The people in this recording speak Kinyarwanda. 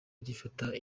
gifata